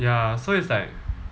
ya so it's like